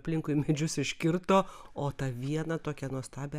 aplinkui medžius iškirto o tą vieną tokią nuostabią